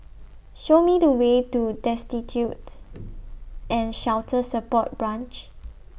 Show Me The Way to Destitute and Shelter Support Branch